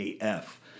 AF